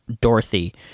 Dorothy